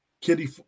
Kitty